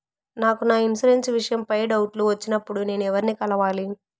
నాకు నా ఇన్సూరెన్సు విషయం పై డౌట్లు వచ్చినప్పుడు నేను ఎవర్ని కలవాలి?